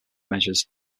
measures